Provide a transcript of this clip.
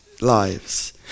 lives